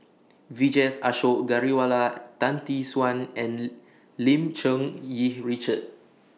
Vijesh Ashok Ghariwala Tan Tee Suan and Lim Cherng Yih Richard